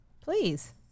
Please